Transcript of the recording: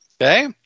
okay